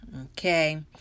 Okay